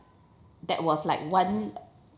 that was like one